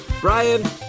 Brian